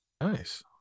nice